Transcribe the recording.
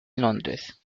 londres